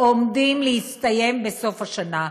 עומדים להסתיים בסוף השנה.